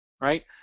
right